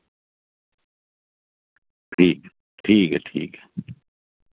ठीक ठीक ऐ ठीक ऐ